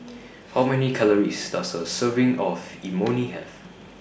How Many Calories Does A Serving of Imoni Have